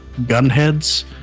Gunheads